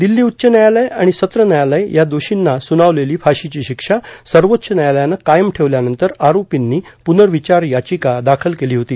दिल्ली उच्च व्यायालय आणि सत्र व्यायालय या दोर्षीना सुनावलेली फाशीची शिक्षा सर्वोच्च व्यायालयानं कायम ठेवल्यानंतर आरोपींनी पुनर्विचार याचिका दाखल केली होती